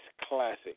classic